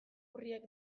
urriak